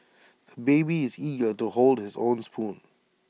the baby is eager to hold his own spoon